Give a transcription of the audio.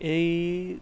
এই